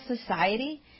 society